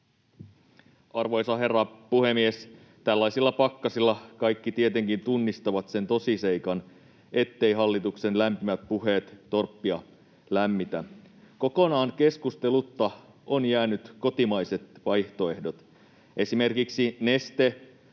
Arvoisa herra puhemies! Tällaisilla pakkasilla kaikki tietenkin tunnistavat sen tosiseikan, etteivät hallituksen lämpimät puheet torppia lämmitä. Kokonaan keskustelutta ovat jääneet kotimaiset vaihtoehdot. Esimerkiksi Neste